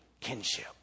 kinship